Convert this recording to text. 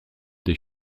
des